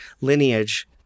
lineage